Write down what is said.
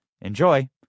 Enjoy